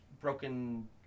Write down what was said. Broken